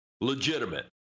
legitimate